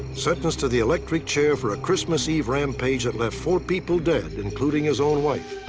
sentenced to the electric chair for a christmas eve rampage that left four people dead, including his own wife.